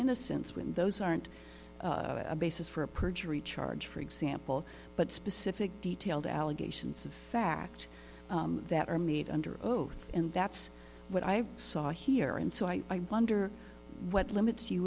innocence when those aren't a basis for a perjury charge for example but specific detailed allegations of fact that are meet under oath and that's what i saw here and so i wonder what limits